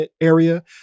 area